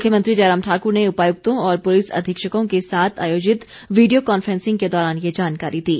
मुख्यमंत्री जयराम ठाकुर ने उपायुक्तों और पुलिस अधीक्षकों के साथ आयोजित विडियो कॉन्फ्रेंसिंग के दौरान ये जानकारी दी